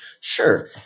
Sure